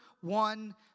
one